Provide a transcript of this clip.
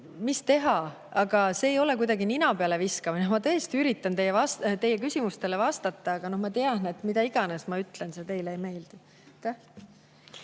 mis teha, aga see ei ole kuidagi nina peale viskamine. Ma tõesti üritan teie küsimustele vastata, aga ma tean, et mida iganes ma ütlen, teile see ei meeldi.